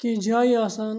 کینٛہہ جایہِ آسان